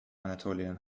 anatolian